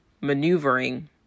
maneuvering